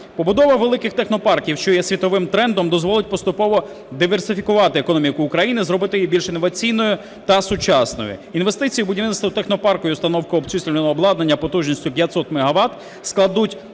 Побудова великих технопарків, що є світовим трендом, дозволить поступово диверсифікувати економіку України, зробити її більш інноваційною та сучасною. Інвестиції в будівництво технопарку і установка обчислювального обладнання потужністю 500 мегават складують